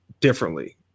differently